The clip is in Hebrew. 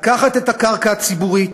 מלקחת את הקרקע הציבורית,